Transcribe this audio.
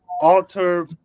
alter